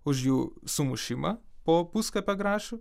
už jų sumušimą po puskapę grašių